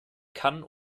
kann